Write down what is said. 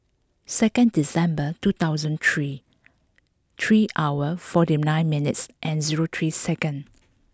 second December two thousand three three hour forty nine minutes and zero three second